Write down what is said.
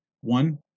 One